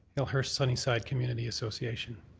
millhurst sunnyside community association.